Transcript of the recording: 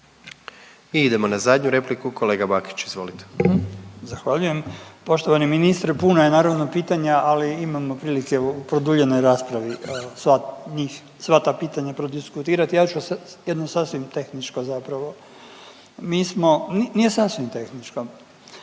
I idemo na zadnju repliku kolega Bakić, izvolite. **Bakić, Damir (Možemo!)** Zahvaljujem. Poštovani ministre puno je naravno pitanje, ali imam na prilici evo u produljenoj raspravi evo sva njih, sva ta pitanja prodiskutirati, ja ću jedno sasvim tehničko zapravo. Mi smo, nije sasvim tehničko